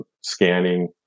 scanning